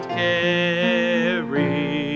carry